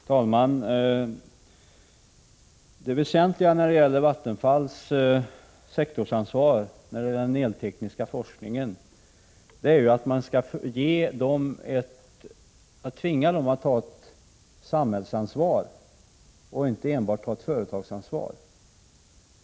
Herr talman! Det väsentliga när det gäller sektorsansvaret för den eltekniska forskningen är att Vattenfall skall tvingas ta ett samhällsansvar och inte enbart ett företagsansvar.